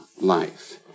life